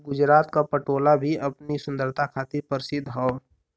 गुजरात क पटोला भी अपनी सुंदरता खातिर परसिद्ध हौ